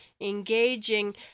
engaging